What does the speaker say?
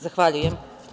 Zahvaljujem.